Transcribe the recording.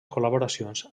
col·laboracions